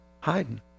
Hiding